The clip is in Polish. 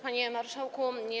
Panie Marszałku!